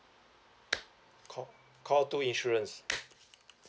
call two insurance